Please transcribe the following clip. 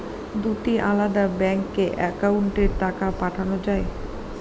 দুটি আলাদা ব্যাংকে অ্যাকাউন্টের টাকা পাঠানো য়ায়?